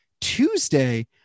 Tuesday